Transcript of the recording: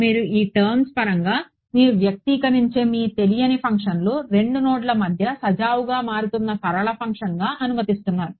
మీరు ఈ టర్మ్స్ పరంగా మీరు వ్యక్తీకరించే మీ తెలియని ఫంక్షన్ను 2 నోడ్ల మధ్య సజావుగా మారుతున్న సరళ ఫంక్షన్గా అనుమతిస్తున్నారు